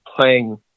playing